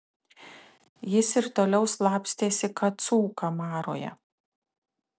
jis ir toliau slapstėsi kacų kamaroje